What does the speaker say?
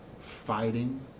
fighting